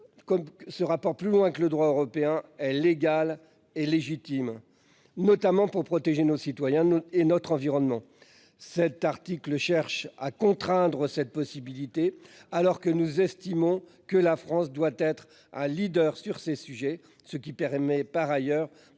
ce rapport, aller plus loin que le droit européen est légal et légitime, notamment pour protéger les citoyens et notre environnement. Cet article cherche à contraindre cette possibilité ; nous estimons au contraire que la France doit être leader sur ces sujets, ce qui permettrait par ailleurs